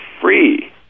free